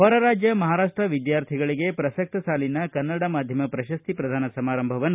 ಹೊರ ರಾಜ್ಯ ಮಹಾರಾಷ್ಟ ವಿದ್ಯಾರ್ಥಿಗಳಿಗೆ ಪ್ರಸಕ್ತ ಸಾಲಿನ ಕನ್ನಡ ಮಾಧ್ಯಮ ಪ್ರಶಸ್ತಿ ಪ್ರದಾನ ಸಮಾರಂಭವನ್ನು